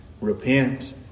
Repent